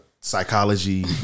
psychology